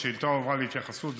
השאילתה הועברה להתייחסות,